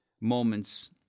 moments